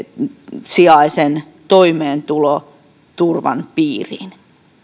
viimesijaisen toimeentuloturvan piiriin